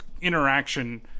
interaction